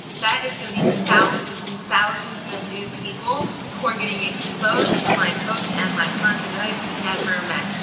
that is gonna be thousands and thousands of new people who are getting exposed to my post and my content that i have never met.